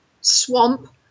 swamp